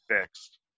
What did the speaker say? fixed